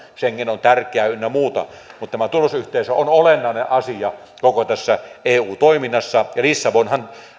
schengen on tärkeä ynnä muuta mutta tämä turvallisuusyhteisö on olennainen asia koko tässä eu toiminnassa ja lissabonhan